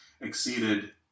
exceeded